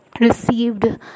received